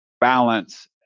balance